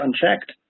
unchecked